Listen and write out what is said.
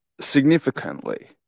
significantly